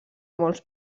molts